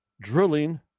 drilling